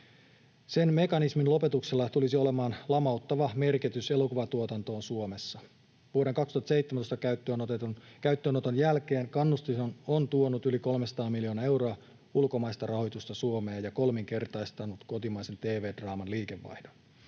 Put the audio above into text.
Sen mekanismin lopetuksella tulisi olemaan lamauttava merkitys elokuvatuotantoon Suomessa. Vuoden 2017 käyttöönoton jälkeenhän kannustin on tuonut yli 300 miljoonaa euroa ulkomaista rahoitusta Suomeen ja kolminkertaistanut kotimaisen tv-draaman liikevaihdon.